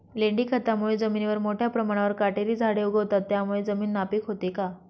लेंडी खतामुळे जमिनीवर मोठ्या प्रमाणावर काटेरी झाडे उगवतात, त्यामुळे जमीन नापीक होते का?